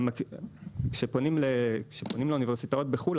כשפונים לאוניברסיטאות בחו"ל,